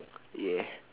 yeah